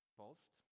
post